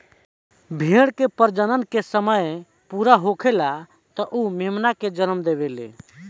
भेड़ के प्रजनन के समय जब पूरा होखेला त उ मेमना के जनम देवेले